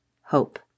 hope